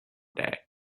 day